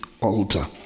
altar